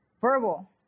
Verbal